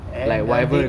and I think